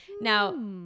now